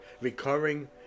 recurring